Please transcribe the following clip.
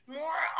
more